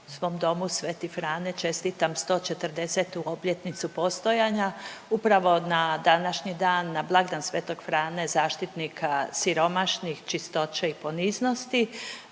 ja svom domu Sveti Frane čestitam 140-tu obljetnicu postojanja. Upravo na današnji dan, na blagdan Svetog Frane zaštitnika siromašnih, čistoće i poniznosti.